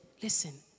Listen